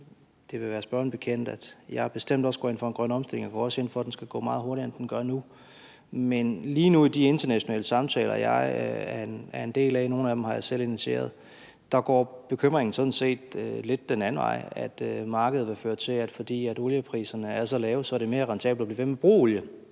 Det vil være spørgeren bekendt, at jeg bestemt også går ind for en grøn omstilling, og jeg går også ind for, at den skal gå meget hurtigere, end den gør nu. Men i de internationale samtaler, jeg er en del af, og nogle af dem har jeg selv initieret, går bekymringen lige nu sådan set lidt den anden vej, nemlig at markedet vil føre til, at det, fordi oliepriserne er så lave, er mere rentabelt at blive ved med at bruge olie.